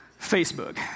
Facebook